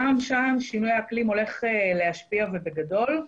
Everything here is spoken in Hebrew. גם שם שינוי האקלים הולך להשפיע ובגדול.